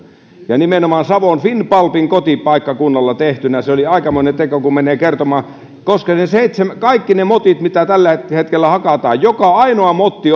nimenomaan savon finnpulpin kotipaikkakunnalla tehtynä oli aikamoinen teko mennä kertomaan koska kaikki ne motit mitä tällä hetkellä hakataan joka ainoa motti